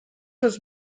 was